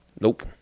Nope